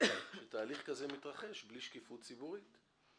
שתהליך כזה מתרחש בלי שקיפות ציבורית.